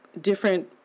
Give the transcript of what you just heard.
different